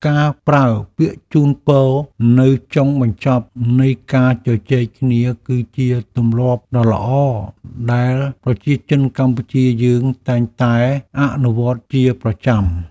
ការប្រើពាក្យជូនពរនៅចុងបញ្ចប់នៃការជជែកគ្នាគឺជាទម្លាប់ដ៏ល្អដែលប្រជាជនកម្ពុជាយើងតែងតែអនុវត្តជាប្រចាំ។